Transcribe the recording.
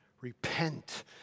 Repent